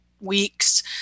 weeks